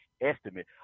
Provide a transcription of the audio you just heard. estimate